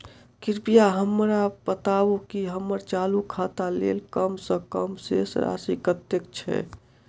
कृपया हमरा बताबू की हम्मर चालू खाता लेल कम सँ कम शेष राशि कतेक छै?